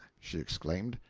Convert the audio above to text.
she exclaimed.